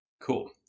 Cool